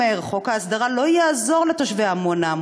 אומר: חוק ההסדרה לא יעזור לתושבי עמונה,